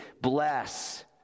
bless